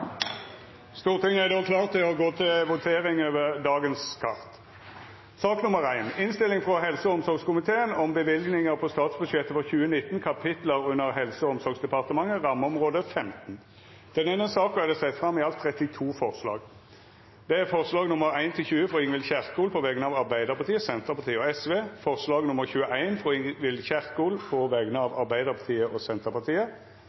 Stortinget er då klar til å gå til votering over dagens kart. Under debatten er det sett fram i alt 32 forslag. Det er forslaga nr. 1–20, frå Ingvild Kjerkol på vegner av Arbeidarpartiet, Senterpartiet og Sosialistisk Venstreparti forslag nr. 21, frå Ingvild Kjerkol på vegner av Arbeidarpartiet og Senterpartiet